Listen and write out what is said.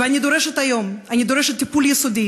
ואני דורשת היום, אני דורשת טיפול יסודי,